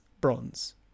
bronze